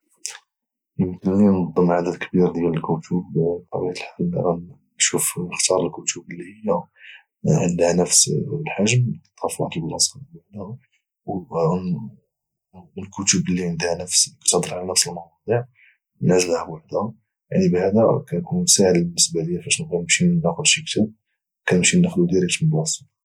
يمكن لي نظم عدد الكبير ديال الكتب بطبيعه الحال غادي نشوف اختار الكتب اللي عندها نفس الحجم حطها في واحد البلاصه بوحدها الكتب اللي كاتهضر على نفس المواضيع نعزلها بوحدها يعني بهذا كيكون سال بالنسبه لي فاش نمشي ناخذ شي كتاب كانمشي ناخذه ديريكت من بلاصته